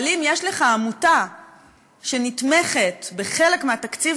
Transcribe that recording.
אבל אם יש לך עמותה שנתמכת בחלק מהתקציב